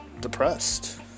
depressed